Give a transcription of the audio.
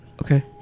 Okay